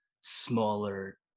smaller